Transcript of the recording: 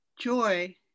Joy